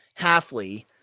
Halfley